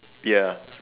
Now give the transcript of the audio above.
ya